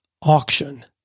auction